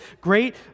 great